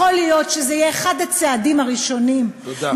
יכול להיות שזה יהיה אחד הצעדים הראשונים, תודה.